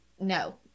no